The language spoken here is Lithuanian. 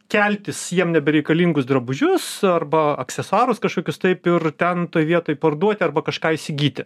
keltis jiem nebereikalingus drabužius arba aksesuarus kažkokius taip ir ten toj vietoj parduoti arba kažką įsigyti